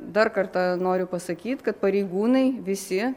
dar kartą noriu pasakyt kad pareigūnai visi